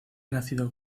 nacido